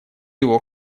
его